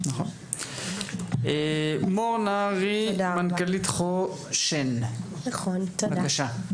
מור נהרי, מנכ"ל חוש"ן, בבקשה.